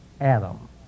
Adam